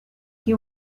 que